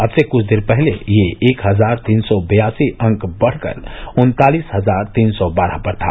अब से कुछ देर पहले ये एक हजार तीन सौ बेयासी अंक बढ़कर उन्तालिस हजार तीन सौ बारह पर था